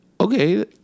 okay